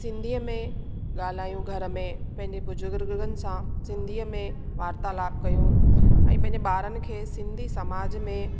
सिंधीअ में ॻाल्हायूं घर में पंहिंजे बुज़ुर्गनि सां सिंधीअ में वार्तालाप कयूं ऐं पंहिंजे ॿारनि खे सिंधी समाज में